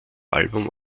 album